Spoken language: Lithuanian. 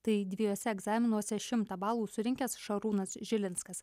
tai dviejuose egzaminuose šimtą balų surinkęs šarūnas žilinskas